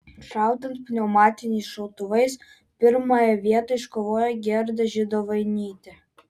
šaudant pneumatiniais šautuvais pirmąją vietą iškovojo gerda židovainytė